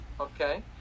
okay